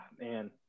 man